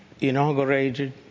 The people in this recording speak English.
inaugurated